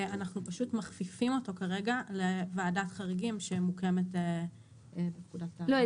אנחנו פשוט מכפיפים אותו כרגע לוועדת חריגים שמוקמת בפקודת --- לא,